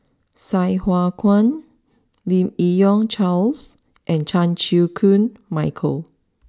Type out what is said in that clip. Sai Hua Kuan Lim Yi Yong Charles and Chan Chew Koon Michael